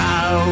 Now